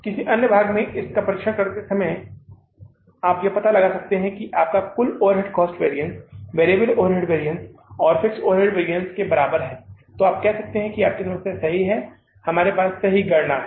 तो किसी अन्य भाग में इसका परीक्षण करते समय आप यह पता लगा सकते हैं कि आपका कुल overhead cost variable variable overhead variance और फिक्स्ड ओवरहेड वैरिअन्स के बराबर है तो आप कह सकते हैं कि आपकी समस्या सही है और हमारे पास सही गणना है